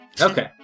Okay